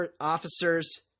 officers